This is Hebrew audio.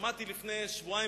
שמעתי לפני שבועיים,